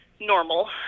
normal